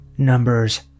Numbers